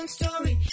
story